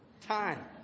time